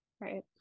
right